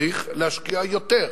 צריך להשקיע יותר.